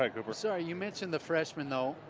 ah cooper so you mentioned the freshmen, though.